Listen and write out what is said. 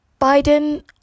Biden